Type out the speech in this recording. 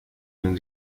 unos